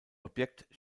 objekt